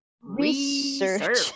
research